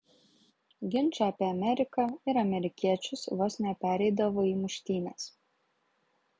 ginčai apie ameriką ir amerikiečius vos nepereidavo į muštynes